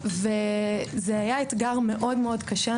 זה היה אתגר מאוד-מאוד קשה.